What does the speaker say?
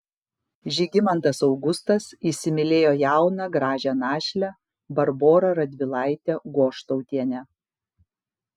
žygimantas augustas įsimylėjo jauną gražią našlę barborą radvilaitę goštautienę